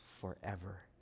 forever